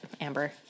Amber